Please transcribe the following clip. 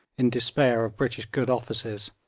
in despair of british good offices,